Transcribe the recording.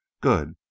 good